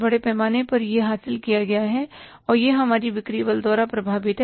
बड़े पैमाने पर यह हासिल किया गया है और यह हमारी बिक्री बल द्वारा प्रभावित है